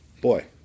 Boy